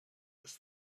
this